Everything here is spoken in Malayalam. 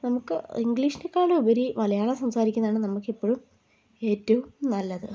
നമുക്ക് ഇംഗ്ലീഷിനെക്കാളും ഉപരി മലയാളം സംസാരിക്കുന്നതാണ് നമുക്ക് ഇപ്പഴും ഏറ്റവും നല്ലത്